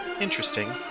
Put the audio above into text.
interesting